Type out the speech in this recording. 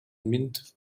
mint